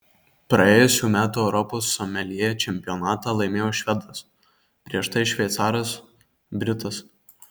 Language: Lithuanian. praėjusių metų europos someljė čempionatą laimėjo švedas prieš tai šveicaras britas